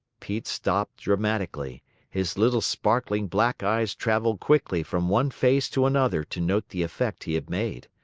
pete stopped dramatically his little sparkling black eyes traveled quickly from one face to another to note the effect he had made.